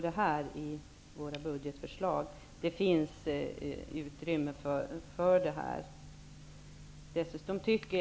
Det finns alltså utrymme för förslaget.